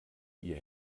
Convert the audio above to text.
ihr